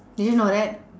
did you know that